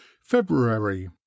February